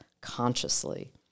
consciously